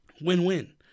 Win-win